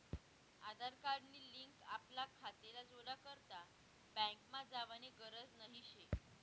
आधार card नी link आपला खाताले जोडा करता बँकमा जावानी गरज नही शे